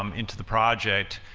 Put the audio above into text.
um into the project,